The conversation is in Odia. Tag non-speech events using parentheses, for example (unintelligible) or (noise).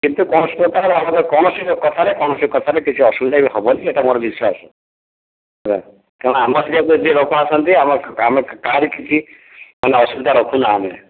କିନ୍ତୁ କୌଣସି ବାବଦରେ କୌଣସି କଥାରେ କୌଣସି କଥାରେ କିଛି ଅସୁବିଧା ବି ହେବନି ଏଇଟା ମୋର ବିଶ୍ଵାସ ତେଣୁ (unintelligible) ଲୋକ ଆସନ୍ତି ଆମେ କାହାରି କିଛି ଅସୁବିଧା ରଖୁନା ଆମେ